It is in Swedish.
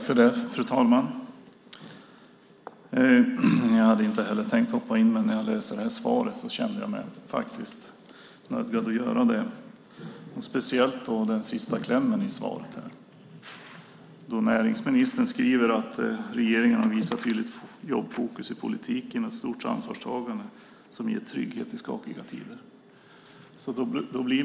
Fru talman! Jag hade inte heller tänkt hoppa in i debatten, men när jag läste svaret kände jag mig nödgad att göra det. Det handlar speciellt om den sista klämmen i svaret. Näringsministern skriver att regeringen har visat ett tydligt jobbfokus i politiken och ett stort ansvarstagande som ger trygghet i skakiga tider.